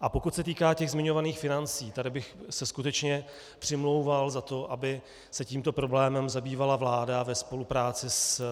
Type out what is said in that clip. A pokud se týká zmiňovaných financí, tady bych se skutečně přimlouval za to, aby se tímto problémem zabývala vláda ve spolupráci s